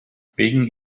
wegen